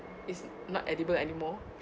it's not edible anymore